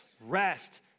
rest